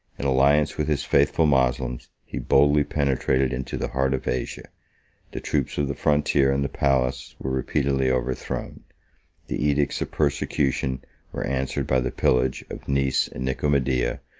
in alliance with his faithful moslems, he boldly penetrated into the heart of asia the troops of the frontier and the palace were repeatedly overthrown the edicts of persecution were answered by the pillage of nice and nicomedia,